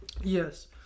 Yes